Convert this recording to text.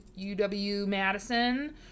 UW-Madison